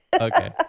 Okay